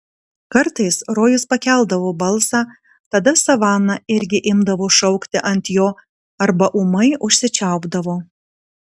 kartais rojus pakeldavo balsą tada savana irgi imdavo šaukti ant jo arba ūmai užsičiaupdavo